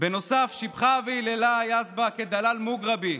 בנוסף, שיבחה והיללה יזבק את דלאל מוגרבי: